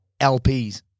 LPs